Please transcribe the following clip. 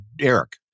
Eric